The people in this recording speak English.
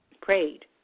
prayed